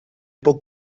pot